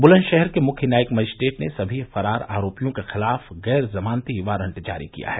बुलंदशहर के मुख्य न्यायिक मजिस्ट्रेट ने सभी फ़रार आरोपियों के ख़िलाफ गैर ज़मानती वारंट जारी किया है